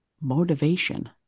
motivation